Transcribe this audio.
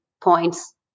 points